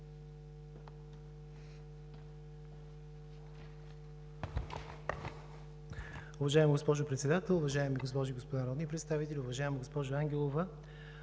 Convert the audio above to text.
Уважаема госпожо Председател, уважаеми госпожи и господа народни представители! Уважаема госпожо Ангелова,